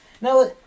Now